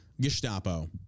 Gestapo